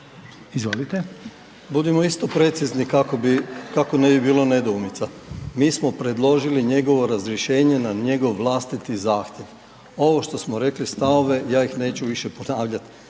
Budimo isto precizni kako bi, kako ne bi bilo nedoumica. Mi smo predložili njegovo razrješenje na njegov vlastiti zahtjev. Ovo što smo rekli stavove, ja ih neću više ponavljati.